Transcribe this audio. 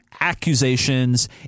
accusations